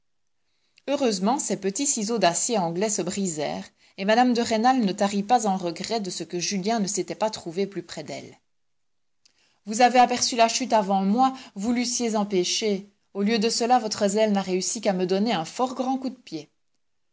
heureusement ces petits ciseaux d'acier anglais se brisèrent et mme de rênal ne tarit pas en regrets de ce que julien ne s'était pas trouvé plus près d'elle vous avez aperçu la chute avant moi vous l'eussiez empêchée au lieu de cela votre zèle n'a réussi qu'à me donner un fort grand coup de pied